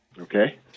Okay